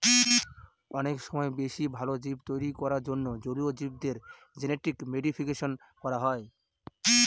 অনেক সময় বেশি ভালো জীব তৈরী করার জন্য জলীয় জীবদের জেনেটিক মডিফিকেশন করা হয়